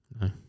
No